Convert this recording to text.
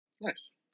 Nice